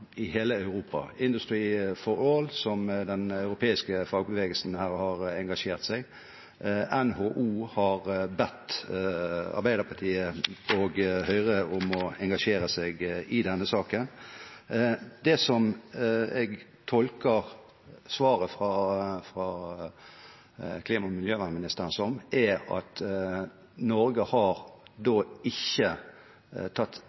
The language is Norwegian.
i hele Europa – IndustriALL – som den europeiske fagbevegelsen har her engasjert seg i. NHO har bedt Arbeiderpartiet og Høyre om å engasjere seg i denne saken. Jeg tolker svaret fra klima- og miljøministeren som at Norge ikke har tatt